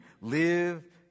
Live